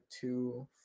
two